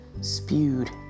spewed